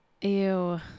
Ew